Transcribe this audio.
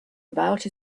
about